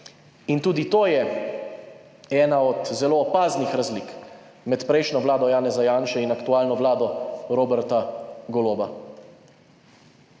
In tudi to je ena od zelo opaznih razlik med prejšnjo vlado Janeza Janše in aktualno vlado Roberta Goloba.